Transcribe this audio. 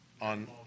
on